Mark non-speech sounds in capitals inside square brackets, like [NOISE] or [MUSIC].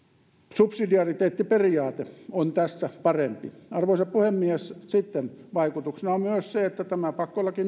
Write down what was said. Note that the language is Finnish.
subsidiariteettiperiaate on tässä parempi arvoisa puhemies sitten vaikutuksena on myös se että tämä pakkolaki [UNINTELLIGIBLE]